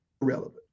relevant